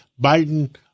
Biden